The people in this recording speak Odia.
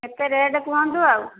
କେତେ ରେଟ୍ କୁହନ୍ତୁ ଆଉ